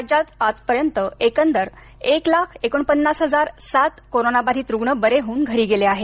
राज्यात आजपर्यंत एकंदर एक लाख एकोणपन्नास हजार सात कोरोनाबाधित रुग्ण बरे होऊन घरी गेले आहेत